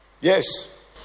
yes